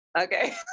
okay